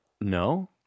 No